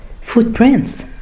footprints